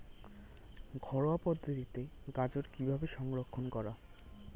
ঘরোয়া পদ্ধতিতে গাজর কিভাবে সংরক্ষণ করা?